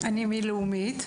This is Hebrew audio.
אני מלאומית,